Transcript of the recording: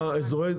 זה יהיה מוכן.